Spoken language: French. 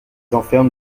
enferment